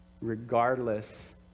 regardless